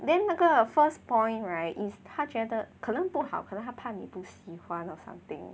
then 那个 first point right is 他觉得可能不好可能他怕你不喜欢 or something